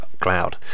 cloud